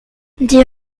dix